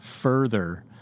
further